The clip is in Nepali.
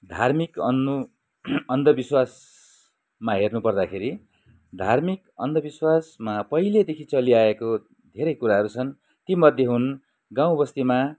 धार्मिक अनु अन्धविश्वासमा हेर्नु पर्दाखेरि धार्मिक अन्धविश्वासमा पहिलेदेखि चली आएको धेरै कुराहरू छन् तीमध्ये हुन् गाउँ बस्तीमा